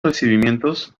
recibimientos